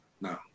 no